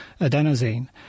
adenosine